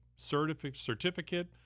certificate